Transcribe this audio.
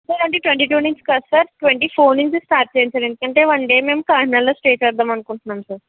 sir అంటే twenty two నుంచి కాదు సార్ ట్వంటీ ఫోర్ నుంచి స్టార్ట్ చేయండి సార్ ఎందుకంటే వన్ డే మేము కాకినాడలో స్టే చేద్దాం అనుకుంటున్నాం సార్